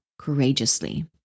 courageously